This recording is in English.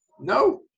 No